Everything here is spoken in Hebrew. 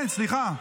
כן, סליחה.